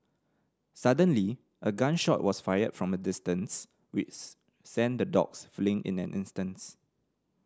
suddenly a gun shot was fired from a distance sent the dogs fleeing in an instants